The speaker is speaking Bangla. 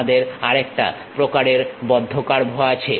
আমাদের আরেকটা প্রকারের বদ্ধ কার্ভও আছে